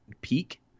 peak